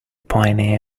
piny